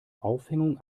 aufhängung